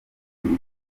igihe